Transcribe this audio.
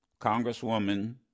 Congresswoman